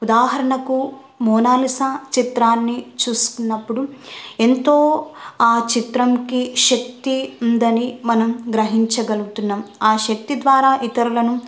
ఉదాహరణకు మోనాలీసా చిత్రాన్ని చూస్తున్నప్పుడు ఎంతో ఆ చిత్రానికి శక్తి ఉందని మనం గ్రహించగలుగుతున్నాము ఆ శక్తి ద్వారా ఇతరులను